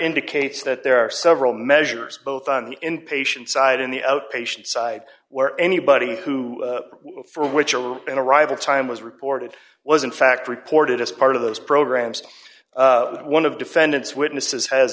indicates that there are several measures both on inpatient side in the outpatient side where anybody who for which a little an arrival time was reported was in fact reported as part of those programs one of the defendants witnesses has